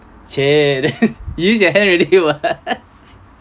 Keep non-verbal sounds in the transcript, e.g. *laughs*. !chey! then *laughs* you use your hand already